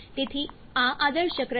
તેથી આ આદર્શ ચક્ર છે